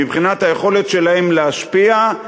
מבחינת היכולת שלהם להשפיע,